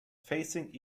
facing